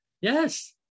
yes